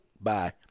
Bye